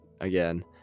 again